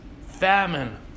Famine